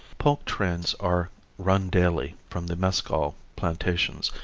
pulque trains are run daily from the mescal plantations,